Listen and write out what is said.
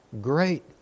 great